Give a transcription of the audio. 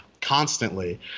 constantly